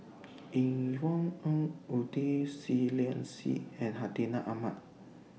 Yvonne Ng Uhde Seah Liang Seah and Hartinah Ahmad